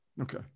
Okay